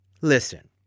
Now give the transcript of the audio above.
Listen